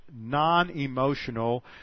non-emotional